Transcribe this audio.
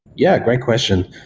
yeah, great question.